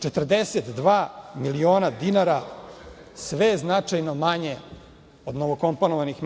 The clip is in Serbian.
42 miliona dinara. Sve je značajno manje od novokomponovanih